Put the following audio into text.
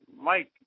Mike